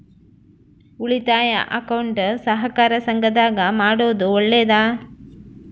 ಉಳಿತಾಯ ಅಕೌಂಟ್ ಸಹಕಾರ ಸಂಘದಾಗ ಮಾಡೋದು ಒಳ್ಳೇದಾ?